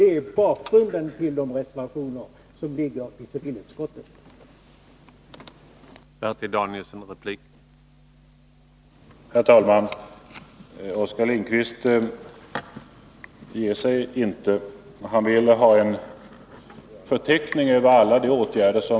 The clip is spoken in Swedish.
Det är bakgrunden till de reservationer som vi har avgivit till civilutskottets betänkande.